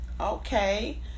Okay